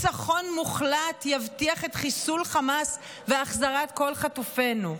ניצחון מוחלט יבטיח את חיסול חמאס והחזרת כל חטופינו".